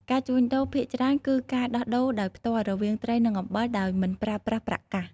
ការជួញដូរភាគច្រើនគឺការដោះដូរដោយផ្ទាល់រវាងត្រីនិងអំបិលដោយមិនប្រើប្រាស់ប្រាក់កាស។